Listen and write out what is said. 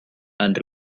and